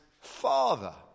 Father